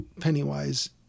Pennywise